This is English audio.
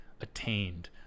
attained